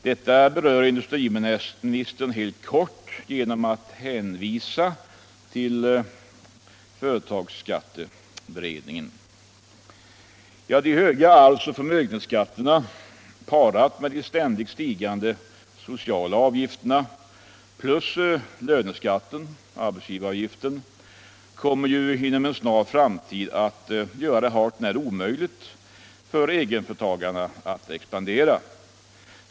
Detta berör industriministern helt kort genom att hänvisa till företagsskatteberedningen. De höga arvsoch förmögenhetsskatterna parade med de ständigt stigande sociala avgifterna plus löneskatten — arbetsgivaravgiften — kommer inom en snar framtid att göra det hart när omöjligt för egenföretagarna att expandera.